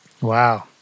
Wow